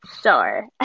Sure